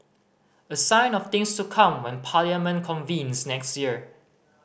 a sign of things to come when Parliament convenes next year